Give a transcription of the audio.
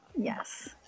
Yes